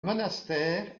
monastère